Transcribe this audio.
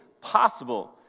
possible